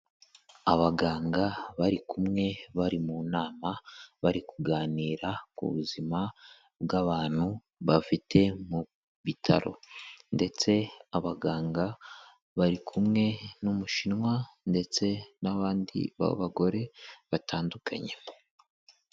Abaganga bari kumwe, bari mu nama, bari kuganira ku buzima bw'abantu bafite mu bitaro. Ndetse abaganga bari kumwe n'Umushinwa ndetse n'abandi bagore batandukanye.